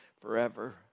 forever